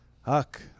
Huck